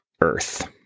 Earth